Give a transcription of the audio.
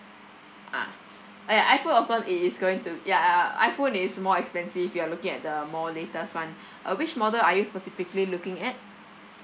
ah ah ya iphone of course it is going to ya ya iphone is more expensive you are looking at the more latest one uh which model are you specifically looking at